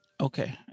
Okay